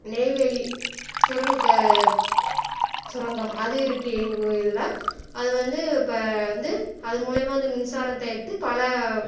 நெய்வேலி சுரங்கம் சுரங்கம் அது இருக்குது எங்கள் இதில் அது வந்து இப்போ வந்து அதன் மூலயமா அந்த மின்சாரத்தை எடுத்து பல